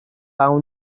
اون